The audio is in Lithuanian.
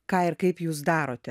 ką ir kaip jūs darote